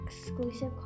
exclusive